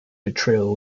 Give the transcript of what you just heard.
betrayal